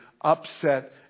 upset